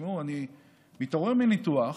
תשמעו, אני מתעורר מניתוח,